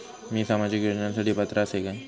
मी सामाजिक योजनांसाठी पात्र असय काय?